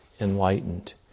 enlightened